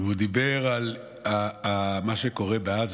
הוא דיבר על מה שקורה בעזה.